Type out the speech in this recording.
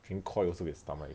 drink KOI also get stomach ache